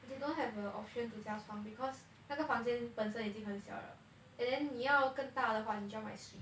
they don't have a option to 加床 because 那个房间本身已经很小了 and then 你要更大的话你就要买 suite